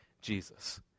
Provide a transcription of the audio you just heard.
jesus